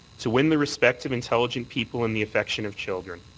to win the respect of intelligent people and the affection of children.